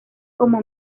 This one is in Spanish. como